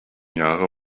jahre